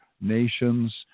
nations